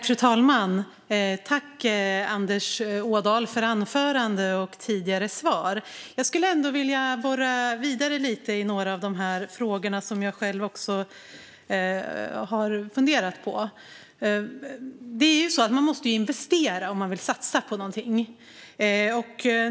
Fru talman! Jag tackar Anders Ådahl för hans anföranden och svar. Jag skulle ändå vilja borra vidare lite i några av de frågor som jag själv funderat på. Man måste investera om man vill satsa på någonting.